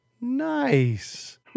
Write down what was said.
Nice